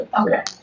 Okay